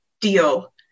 deal